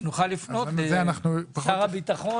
שנוכל לפנות לשר הביטחון